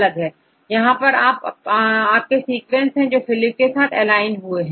तो यह आपके सीक्वेंसेस है जो फिलिप के लिए एलाइन हुए हैं